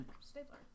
Stapler